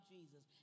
Jesus